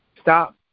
Stop